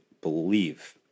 believe